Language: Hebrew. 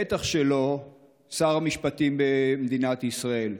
ובטח שלא שר המשפטים במדינת ישראל.